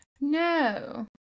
No